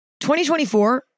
2024